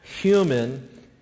human